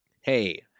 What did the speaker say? Hey